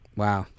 wow